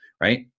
Right